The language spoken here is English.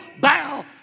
bow